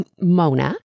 Mona